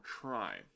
try